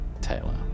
Taylor